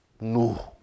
No